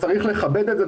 צריך לכבד את זה,